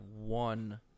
one